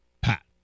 pat